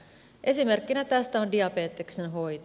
esimerkkinä tästä on diabeteksen hoito